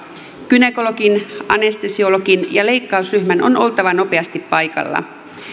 gynekologin anestesiologin ja leikkausryhmän on oltava nopeasti paikalla